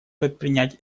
предпринять